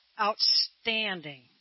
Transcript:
outstanding